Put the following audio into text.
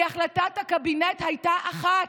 כי החלטת הקבינט הייתה אחת: